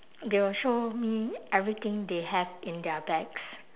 they'll show me everything they have in their bags